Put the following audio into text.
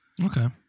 Okay